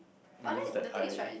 it means that I